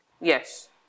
Yes